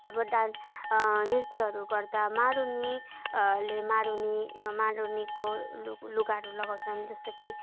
अब डान्स नृत्यहरू गर्दा मारुनीले मारुनीको लुग लुगाहरू लगाउँछन् जस्तो कि